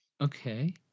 okay